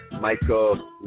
Michael